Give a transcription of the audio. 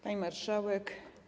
Pani Marszałek!